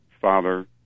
father